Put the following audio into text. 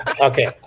Okay